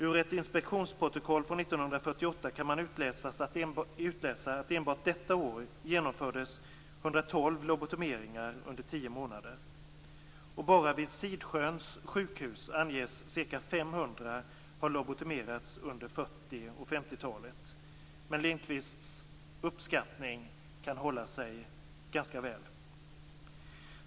Ur ett inspektionsprotokoll från 1948 kan man utläsa att det enbart detta år utfördes 112 lobotomeringar under 10 månader. Enbart vid Sidsjöns sjukhus anges att ca 500 har lobotomerats under 40 och 50-talet. Men Lindqvists uppskattning kan hålla ganska väl.